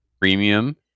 premium